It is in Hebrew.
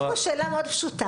יש פה שאלה מאוד פשוטה,